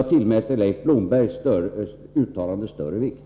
Jag tillmäter Leif Blombergs uttalande större vikt.